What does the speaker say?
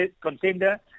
contender